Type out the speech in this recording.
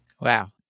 Wow